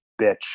bitch